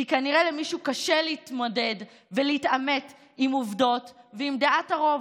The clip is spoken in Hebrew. כי כנראה למישהו קשה להתמודד ולהתעמת עם עובדות ועם דעת הרוב,